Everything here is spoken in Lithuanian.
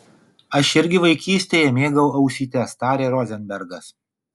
aš irgi vaikystėje mėgau ausytes tarė rozenbergas